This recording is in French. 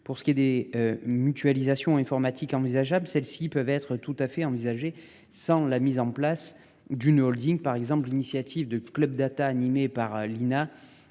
pour ce qui est des mutualisations informatique envisageable. Celles-ci peuvent être tout à fait envisager sans la mise en place d'une Holding par exemple l'initiative de club Data animé par Lina